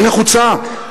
היא נחוצה.